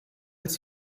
als